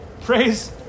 Praise